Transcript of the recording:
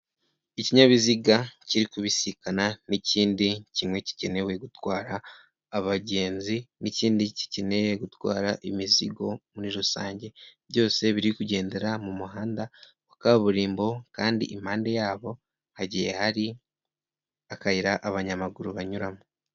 Ikinyabiziga kiri kubisikana n'ikindi kimwe kigenewe gutwara abagenzi n'ikindi kikeneye gutwara imizigo muri rusange. Byose biri kugendera mu muhanda wa kaburimbo kandi impande yabo hagiye hari akayira abanyamaguru banyuramo.